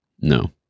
No